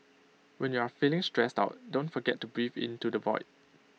when you are feeling stressed out don't forget to breathe into the void